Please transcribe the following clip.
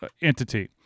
entity